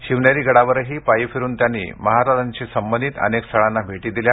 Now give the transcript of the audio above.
शिवनेरी गडावरही पायी फिरून त्यांनी महाराजांशी संबंधित अनेक स्थळांना भेटी दिल्या